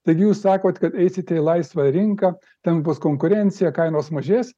taigi jūs sakot kad eisite į laisvą rinką ten bus konkurencija kainos mažės